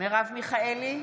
מרב מיכאלי,